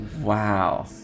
wow